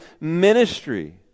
ministry